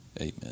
Amen